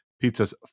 pizza's